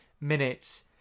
minutes